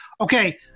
Okay